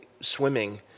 swimming